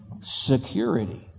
security